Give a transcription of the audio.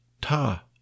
Ta